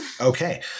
Okay